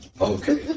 okay